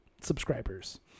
subscribers